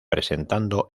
presentando